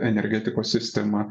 energetikos sistema